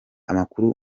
amakuru